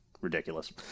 ridiculous